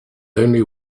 only